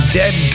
dead